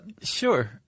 Sure